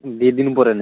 ଦୁଇଦିନ ପରେ ନେବି